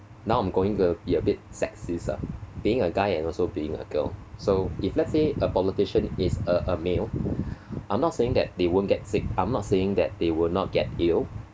now I'm going to be a bit sexism being a guy and also being a girl so if let's say a politician is a a male I'm not saying that they won't get sick I'm not saying that they will not get ill